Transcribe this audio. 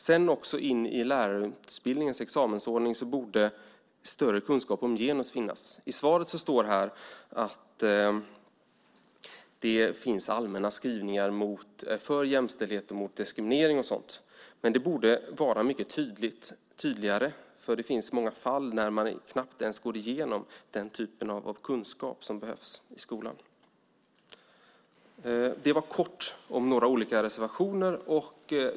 Sedan borde det finnas större kunskap om genus i lärarutbildningens examensordning. I svaret står det att det finns allmänna skrivningar för jämställdhet, mot diskriminering och sådant. Men det borde vara mycket tydligare, för det finns många fall där man knappt ens går igenom den typ av kunskap som behövs i skolan. Det var kort om några olika reservationer.